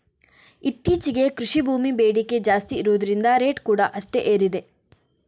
ಇತ್ತೀಚೆಗೆ ಕೃಷಿ ಭೂಮಿ ಬೇಡಿಕೆ ಜಾಸ್ತಿ ಇರುದ್ರಿಂದ ರೇಟ್ ಕೂಡಾ ಅಷ್ಟೇ ಏರಿದೆ